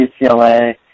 UCLA